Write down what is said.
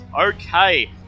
Okay